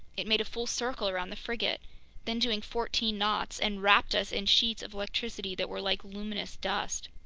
it made a full circle around the frigate then doing fourteen knots and wrapped us in sheets of electricity that were like luminous dust.